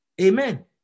Amen